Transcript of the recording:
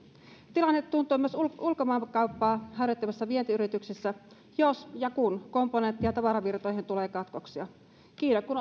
tilanne tuntuu myös ulkomaankauppaa harjoittavissa vientiyrityksissä jos ja kun komponentti ja tavaravirtoihin tulee katkoksia kiina kun